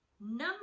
number